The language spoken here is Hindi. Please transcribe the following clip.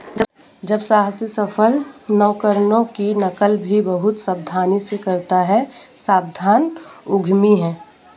जब साहसी सफल नवकरणों की नकल भी बहुत सावधानी से करता है सावधान उद्यमी है